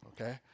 Okay